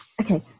Okay